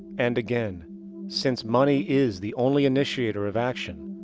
and again since money is the only initiator of action,